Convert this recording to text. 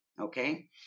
okay